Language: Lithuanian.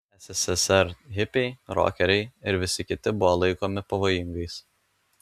sssr hipiai rokeriai ir visi kiti buvo laikomi pavojingais